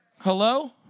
Hello